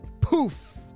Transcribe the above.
poof